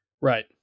Right